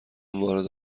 وارد